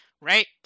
right